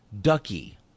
Ducky